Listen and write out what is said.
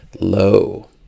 low